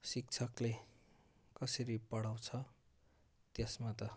शिक्षकले कसरी पढाउँछ त्यसमा त